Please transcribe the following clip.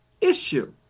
issue